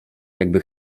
jakby